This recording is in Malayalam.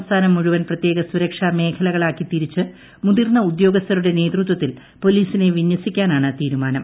സംസ്ഥാനം മുഴുവൻ പ്രത്യേക സുരക്ഷാമേഖലകളാക്കി തിരിച്ച് മുതിർന്ന ഉദ്യോഗസ്ഥരുടെ നേതൃത്വത്തിൽ പോലീസിനെ വിന്യസിക്കാനാണ് തീരുമാനം